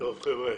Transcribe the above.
חבר'ה,